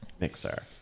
mixer